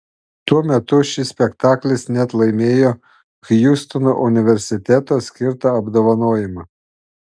tuo metu šis spektaklis net laimėjo hjustono universiteto skirtą apdovanojimą